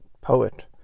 poet